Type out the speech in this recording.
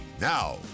Now